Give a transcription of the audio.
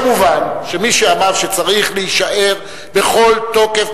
מובן שמי שאמרו שצריך להישאר בכל תוקף,